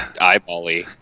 eyeball-y